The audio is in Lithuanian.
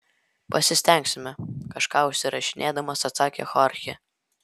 pasistengsime kažką užsirašinėdamas atsakė chorchė